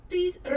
Please